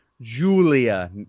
Julia